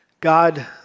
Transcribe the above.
God